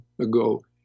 ago